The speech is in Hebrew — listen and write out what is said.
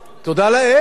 תודה לאל.